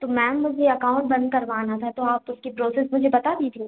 तो मैम मुझे अकाउंट बंद करवाना था तो आप उसकी प्रोसेस मुझे बता दीजिए